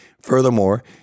furthermore